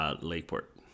Lakeport